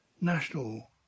national